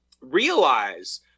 realize